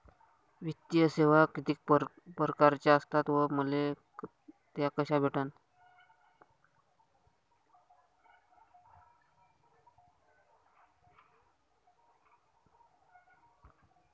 वित्तीय सेवा कितीक परकारच्या असतात व मले त्या कशा भेटन?